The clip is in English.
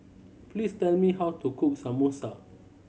please tell me how to cook Samosa